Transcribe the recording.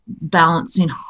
balancing